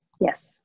Yes